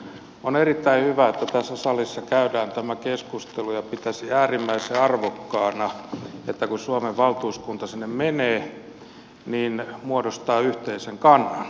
on erittäin hyvä että tässä salissa käydään tämä keskustelu ja pitäisin äärimmäisen arvokkaana että kun suomen valtuuskunta sinne menee se muodostaa yhteisen kannan